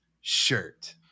shirt